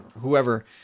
whoever